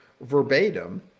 verbatim